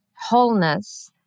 wholeness